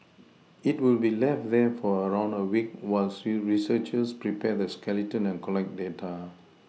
it will be left there for around a week while researchers prepare the skeleton and collect data